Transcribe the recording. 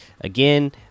again